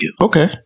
Okay